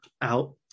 out